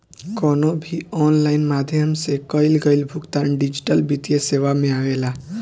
कवनो भी ऑनलाइन माध्यम से कईल गईल भुगतान डिजिटल वित्तीय सेवा में आवेला